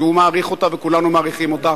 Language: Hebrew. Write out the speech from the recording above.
שהוא מעריך אותה וכולנו מעריכים אותה,